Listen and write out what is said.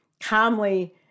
calmly